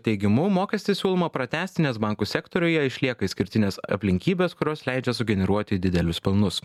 teigimu mokestį siūloma pratęsti nes bankų sektoriuje išlieka išskirtinės aplinkybės kurios leidžia sugeneruoti didelius pelnus